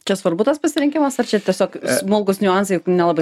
čia svarbu tas pasirinkimas ar čia tiesiog smulkūs niuansai nelabai